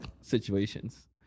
situations